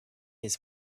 his